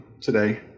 today